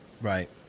right